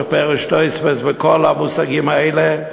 רש"י ו"תוספות" וכל המושגים האלה,